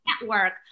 network